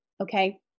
Okay